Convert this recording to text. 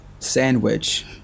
Sandwich